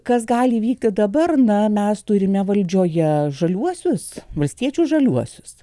kas gali įvykti dabar na mes turime valdžioje žaliuosius valstiečius žaliuosius